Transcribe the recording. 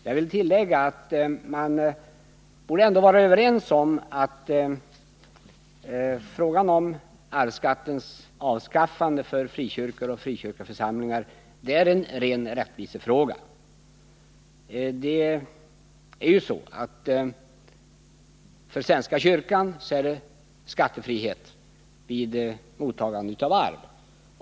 Jag vill tillägga att man borde kunna vara överens om att frågan om arvsskattens avskaffande för frikyrkor och frikyrkoförsamlingar är en ren rättvisefråga. För svenska kyrkan gäller nämligen skattefrihet för mottaget arv.